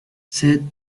said